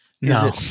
No